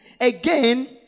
Again